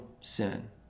sin